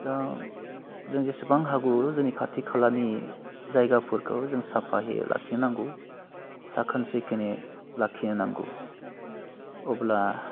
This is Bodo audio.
दा जों जिसिबां हागौ जोंनि खाथि खालानि जायगाफोरखौ जों साफायै लाखिनांगौ साखोन सिखोनै लाखिनो नांगौ अब्ला